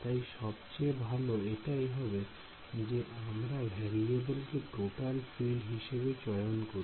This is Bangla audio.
তাই সবচেয়ে ভাল এটাই হবে যে আমরা ভ্যারিয়েবেল কে টোটাল ফিল্ড হিসেবে চয়ন করি